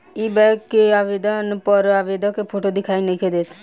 इ बैक के आवेदन पत्र पर आवेदक के फोटो दिखाई नइखे देत